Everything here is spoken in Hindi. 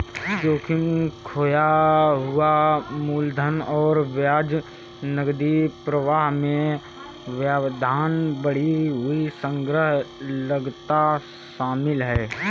जोखिम, खोया हुआ मूलधन और ब्याज, नकदी प्रवाह में व्यवधान, बढ़ी हुई संग्रह लागत शामिल है